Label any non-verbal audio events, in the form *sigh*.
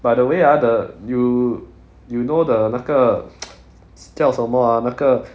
by the way ah the you you know the 那个 *noise* 叫什么 ah 那个